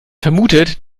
vermutet